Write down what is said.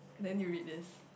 then you read this